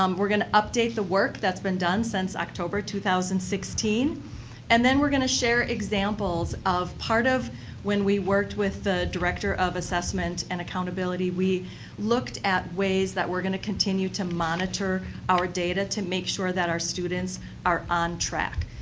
um going to update the work that's been done since october two thousand and sixteen and then we're going to share examples of part of when we worked with the director of assessment and accountability. we looked at ways that we're going to continue to monitor our data to make sure that our students are on track.